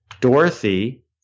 Dorothy